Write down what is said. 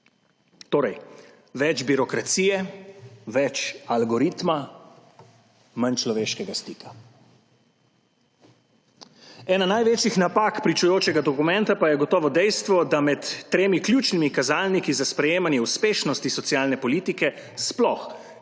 Torej več birokracije, več algoritma, manj človeškega stika. Ena največjih napak pričujočega dokumenta pa je gotovo dejstvo, da med tremi ključnimi kazalniki za sprejemanje uspešnosti socialne politike sploh ni